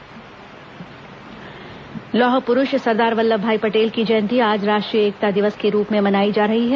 वल्लभ भाई पटेल जयंती लौह प्रूष सरदार वल्लभ भाई पटेल की जयंती आज राष्ट्रीय एकता दिवस के रूप में मनाई जा रही है